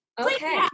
Okay